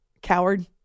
Coward